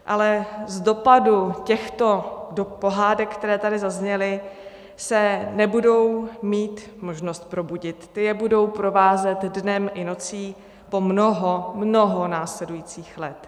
Ale z dopadu těchto pohádek, které tady zazněly, se nebudou mít možnost probudit, ty je budou provázet dnem i nocí po mnoho, mnoho následujících let.